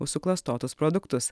už suklastotus produktus